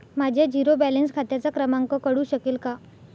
माझ्या zero balance खात्याचा क्रमांक कळू शकेल का?